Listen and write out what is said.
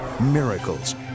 miracles